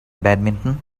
badminton